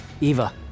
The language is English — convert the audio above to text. Eva